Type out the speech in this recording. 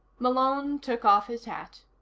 malone took off his hat.